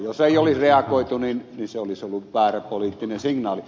jos ei olisi reagoitu niin se olisi ollut väärä poliittinen signaali